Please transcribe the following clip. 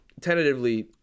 tentatively